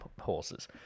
horses